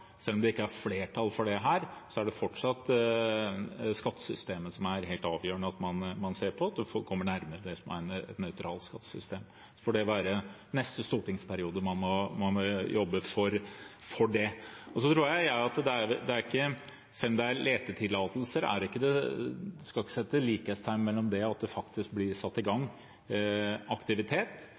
det er helt avgjørende at man ser på skattesystemet, at man kommer nærmere et nøytralt skattesystem. Det får være i neste stortingsperiode man må jobbe for det. Og selv om det er letetillatelser, skal man ikke sette likhetstegn mellom det og at det faktisk blir satt i gang aktivitet.